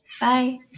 Bye